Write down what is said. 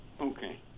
Okay